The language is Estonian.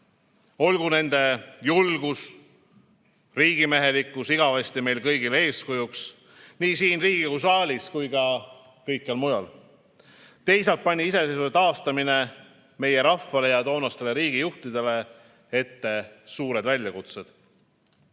Olgu nende julgus ja riigimehelikkus igavesti meile kõigile eeskujuks nii siin Riigikogu saalis kui ka kõikjal mujal. Teisalt pani iseseisvuse taastamine meie rahvale ja toonastele riigijuhtidele ette suured väljakutsed. Head